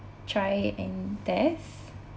try and test